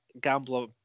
gambler